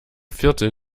viertel